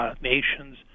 nations